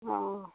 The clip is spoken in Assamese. অঁ